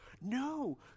No